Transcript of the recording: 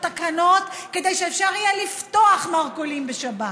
תקנות כדי שאפשר יהיה לפתוח מרכולים בשבת,